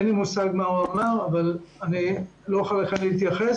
אין לי מושג מה הוא אמר אז לא אוכל להתייחס.